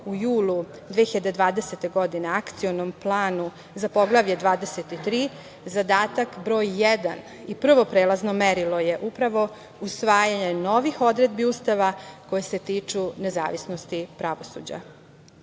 u julu 2020. godine Akcionom planu za Poglavlje 23 zadatak broj jedan i prvo prelazno merilo je upravo usvajanje novih odredbi Ustava koje se tiču nezavisnosti pravosuđa.U